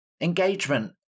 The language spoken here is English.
Engagement